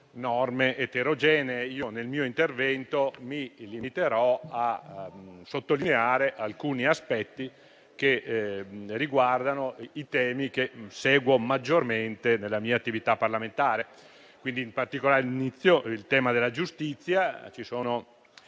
norme eterogenee. Nel mio intervento mi limiterò a sottolineare alcuni aspetti che riguardano i temi che seguo maggiormente nella mia attività parlamentare. In particolare, sul tema della giustizia, ci sono